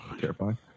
terrifying